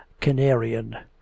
canarian